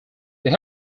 they